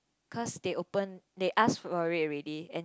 cause they open they ask for it already and